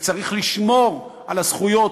וצריך לשמור על הזכויות,